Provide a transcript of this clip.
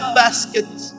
baskets